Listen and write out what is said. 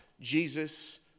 Jesus